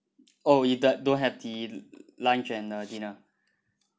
oh it doesn't don't have the lunch and uh dinner